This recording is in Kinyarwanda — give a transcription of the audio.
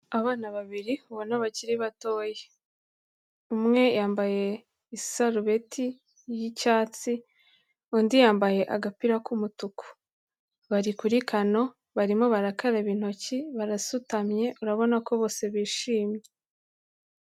Abana babiri ubona bakiri batoya, umwe yambaye isarubeti y'icyatsi, undi yambaye agapira k'umutuku, bari kuri kano barimo barakaraba intoki barasutamye urabona ko bose bishimye.